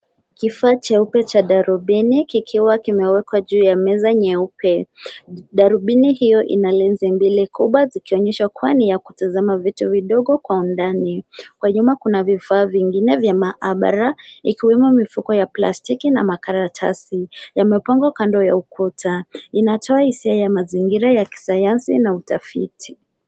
Kifaa cheupe cha darubini kikiwa kimewekwa juu ya meza nyeupe. Darubini hiyo ina lensi mbili kubwa zikionyesha kuwa ni ya kutazama vitu vidogo kwa undani. Kwa nyuma kuna vifaa vingine vya maabara ikiwemo mifuko ya plastiki na makaratasi yamepangwa kando ya ukuta. Linatoa hisia ya mazingira ya kisayansi na utafiti.